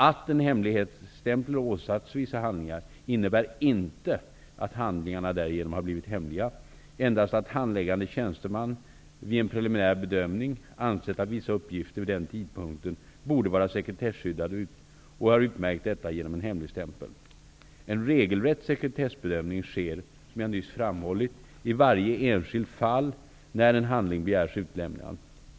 Att en hemligstämpel åsatts vissa handlingar innebär inte att handlingarna därigenom blivit hemliga, endast att handläggande tjänsteman -- vid en preliminär bedömning -- ansett att vissa uppgifter vid den tidpunkten borde vara sekretesskyddade och utmärkt detta genom en hemligstämpel. En regelrätt sekretessbedömning sker -- som jag nyss framhållit -- i varje enskilt fall när en handling begärs utlämnad.